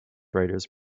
writers